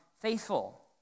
faithful